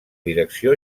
direcció